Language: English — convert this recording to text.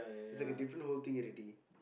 is like a different whole thing already